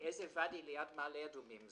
איזה ואדי ליד מעלה אדומים זה.